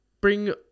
bring